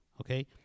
Okay